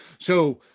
so,